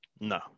no